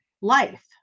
life